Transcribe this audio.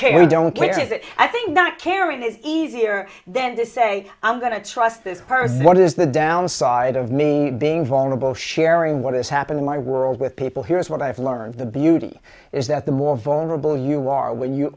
care who don't care that i think not caring is easier then to say i'm going to trust this person what is the downside of me being vulnerable sharing what has happened in my world with people here's what i've learned the beauty is that the more vulnerable you are when you